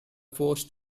forced